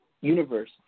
universe